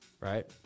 right